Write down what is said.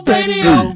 Radio